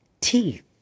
teeth